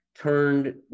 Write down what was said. turned